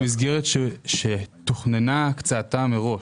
זה במסגרת שתוכננה הקצאתה מראש.